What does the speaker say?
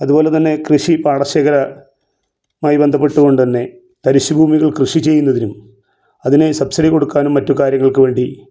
അതുപോലെ തന്നെ കൃഷി പാടശേഖര മായി ബന്ധപ്പെട്ടുകൊണ്ടു തന്നെ തരിശ്ശ് ഭൂമികൾ കൃഷി ചെയ്യ്ന്നതിനും അതിന് സബ്സീഡി കൊടുക്കാനും മറ്റു കാര്യങ്ങൾക്കു വേണ്ടി